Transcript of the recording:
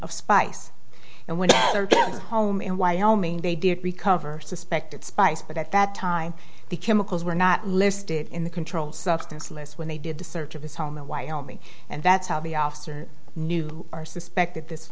of spice and went home in wyoming they did recover suspected spice but at that time the chemicals were not listed in the controlled substance list when they did the search of his home in wyoming and that's how the officer knew or suspected this